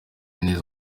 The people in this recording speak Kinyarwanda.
neza